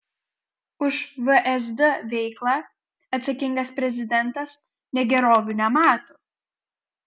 už vsd veiklą atsakingas prezidentas negerovių nemato